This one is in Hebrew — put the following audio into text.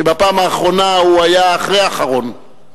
שבפעם האחרונה הוא היה אחרי האחרון.